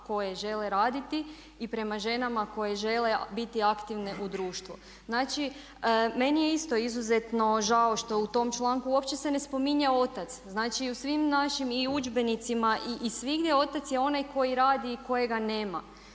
koje žele raditi i prema ženama koje žele biti aktivne u društvu. Znači, meni je isto izuzetno žao što u tom članku uopće se ne spominje otac. Znači u svim našim i udžbenicima i svigdje otac je onaj koji radi i kojega nema.